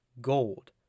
Gold